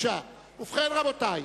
ובכן, רבותי,